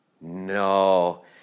No